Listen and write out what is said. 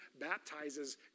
baptizes